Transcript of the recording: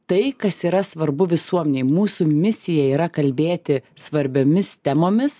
tai kas yra svarbu visuomenei mūsų misija yra kalbėti svarbiomis temomis